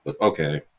Okay